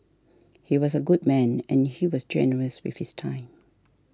he was a good man and he was generous with his time